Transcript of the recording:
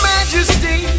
Majesty